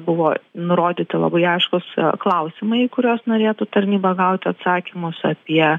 buvo nurodyti labai aiškūs klausimai į kuriuos norėtų tarnyba gauti atsakymus apie